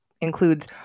includes